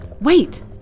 Wait